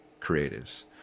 creatives